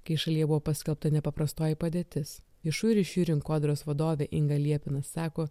kai šalyje buvo paskelbta nepaprastoji padėtis viešųjų ryšių rinkodaros vadovė inga liepina sako